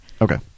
okay